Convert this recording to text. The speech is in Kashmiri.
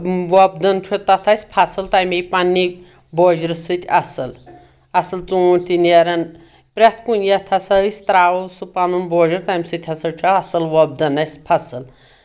وۄپدان چھُ تتھ اَسہِ فصٕل تَمے پنٕنہِ بوجر سۭتۍ اَصٕل اَصٕل ژوٗنٛٹھۍ تہِ نیران پرٛؠتھ کُنہِ یتھ ہسا أسۍ ترٛاوو سُہ پَنُن بوجر تَمہِ سۭتۍ ہسا چھُ اصٕل وۄپدان اَسہِ فصٕل